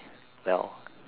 well